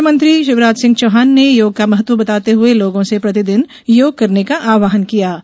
मख्यमंत्री शिवराज सिंह चौहान ने योग का महत्व बताते हुए लोगों से प्रतिदिन योग करने का आहवान कियाँ